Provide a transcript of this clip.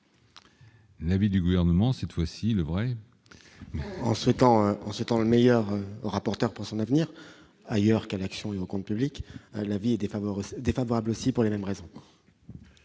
Navi du gouvernement cette fois-ci le vrai. En souhaitant en 7 ans, le meilleur rapporteur pour son avenir ailleurs qu'à l'action et aux comptes publics, la vie est défavorable, défavorable aussi pour les mêmes raisons.